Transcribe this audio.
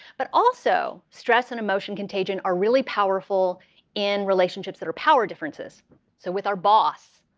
but, also, stress and emotion contagion are really powerful in relationships that are power differences, so with our boss,